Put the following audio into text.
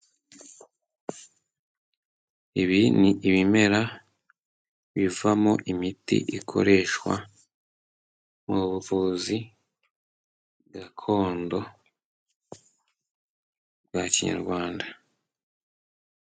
Ibi ni ibimera bivamo imiti ikoreshwa mu buvuzi gakondo. Bwa kinyarwanda.